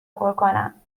کنم